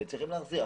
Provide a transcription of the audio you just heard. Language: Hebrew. צריכים להחזיר.